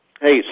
Hey